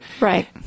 Right